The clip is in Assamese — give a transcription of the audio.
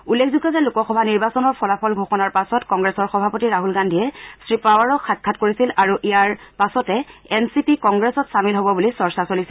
উল্লেখযোগ্য যে লোকসভা নিৰ্বাচনৰ ফলাফল ঘোষণাৰ পাছত কংগ্ৰেছৰ সভাপতি ৰাহল গান্ধীয়ে শ্ৰীপাৱাৰক সাক্ষাৎ কৰিছিল আৰু ইয়াৰ পাছতে এন চি পি কংগ্ৰেছত চামিল হ'ব বুলি চৰ্চা চলিছিল